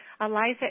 Eliza